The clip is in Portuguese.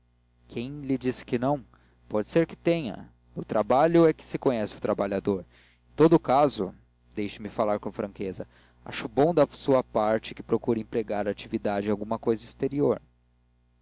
quem lhe disse que não pode ser que tenha no trabalho é que se conhece o trabalhador em todo caso deixe-me falar com franquezaacho bom da sua parte que procure empregar a atividade em alguma cousa exterior